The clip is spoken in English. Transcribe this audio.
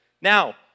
Now